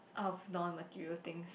out of non material things